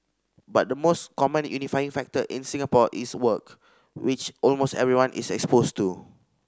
but the most common unifying factor in Singapore is work which almost everyone is exposed to